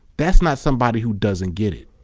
that's not somebody who doesn't get it.